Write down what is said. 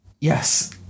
Yes